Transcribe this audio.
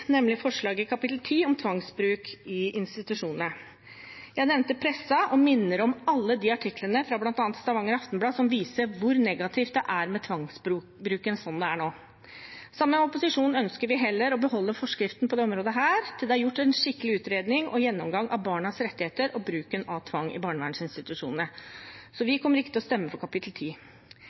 nemlig forslaget til kapittel 10, om tvangsbruk i institusjonene. Jeg nevnte pressen og minner om alle artiklene fra bl.a. Stavanger Aftenblad som viser hvor negativt det er med tvangsbruken slik det er nå. Sammen med opposisjonen ønsker vi heller å beholde forskriften på dette området til det er gjort en skikkelig utredning og gjennomgang av barnas rettigheter og bruken av tvang i barnevernsinstitusjoner. Vi kommer ikke til å stemme for forslaget til kapittel